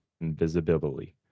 Invisibility